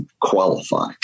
qualify